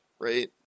right